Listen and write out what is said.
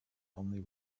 only